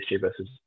versus